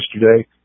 yesterday